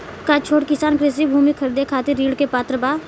का छोट किसान कृषि भूमि खरीदे के खातिर ऋण के पात्र बा?